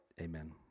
Amen